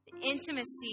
intimacy